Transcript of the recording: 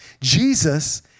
Jesus